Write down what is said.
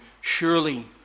Surely